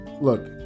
look